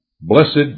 Blessed